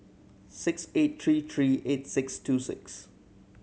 six eight three three eight six two six